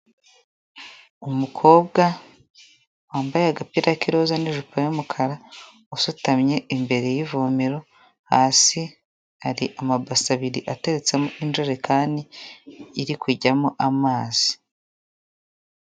Umukobwa wambaye agapira k'iroza n'ijipo y'umukara usutamye imbere y'ivomero hasi hari amabase abiri ateretsemo injerekani iri kujyamo amazi.